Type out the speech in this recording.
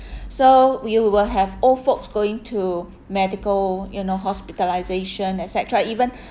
so we'll we'll have old folks going to medical you know hospitalisation et cetera even